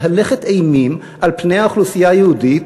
מהלכת אימים על האוכלוסייה היהודית.